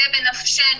זה בנפשנו.